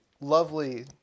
lovely